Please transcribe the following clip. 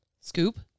Scoop